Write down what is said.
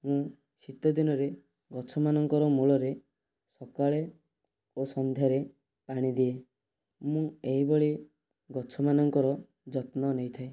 ମୁଁ ଶୀତଦିନରେ ଗଛମାନଙ୍କର ମୂଳରେ ସକାଳେ ଓ ସନ୍ଧ୍ୟାରେ ପାଣି ଦିଏ ମୁଁ ଏହିଭଳି ଗଛମାନଙ୍କର ଯତ୍ନ ନେଇଥାଏ